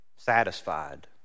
Satisfied